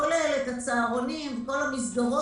שכולל את הצהרונים וכל המסגרות